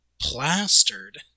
plastered